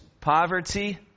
poverty